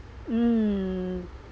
mm